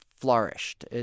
flourished